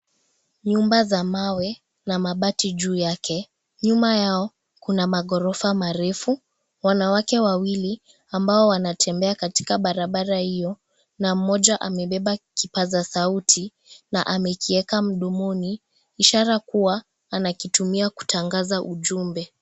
Nyumba za mawe na mabati juu yake nyuma yao kuna maghorofa marefu wanawake wawili ambao wanatembea katika barabara hiyo na moja amebeba kipaza sauti na amekiweka mdomoni ishara kuwa anakitumia kutangaza ujumbe.